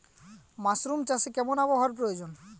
Mushroom চাষে কেমন আবহাওয়ার প্রয়োজন?